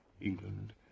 England